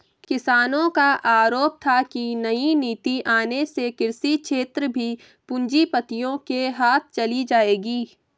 किसानो का आरोप था की नई नीति आने से कृषि क्षेत्र भी पूँजीपतियो के हाथ चली जाएगी